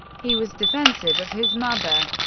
he was defensive of his mother,